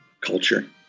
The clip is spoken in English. culture